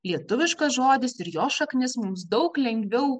lietuviškas žodis ir jo šaknis mums daug lengviau